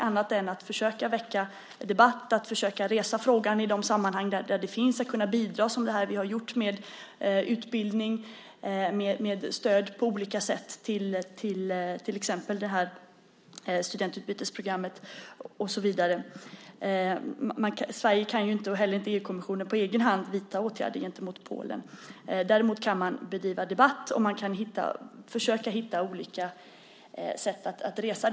Man får försöka väcka debatt och försöka resa frågan i de här sammanhangen. Man kan bidra, som vi har gjort, med utbildning och med stöd på olika sätt, till exempel det här studentutbytesprogrammet. Sverige kan ju inte - och inte heller EU-kommissionen - på egen hand vidta åtgärder gentemot Polen. Däremot kan man skapa debatt, och man kan försöka hitta olika sätt att resa frågan.